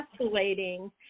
escalating